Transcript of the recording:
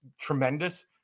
tremendous